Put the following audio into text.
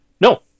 no